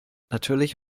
natürlich